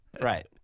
Right